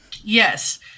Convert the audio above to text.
Yes